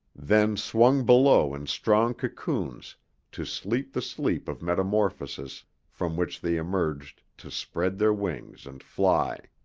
then swung below in strong cocoons to sleep the sleep of metamorphosis from which they emerged to spread their wings and fly.